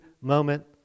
moment